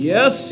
Yes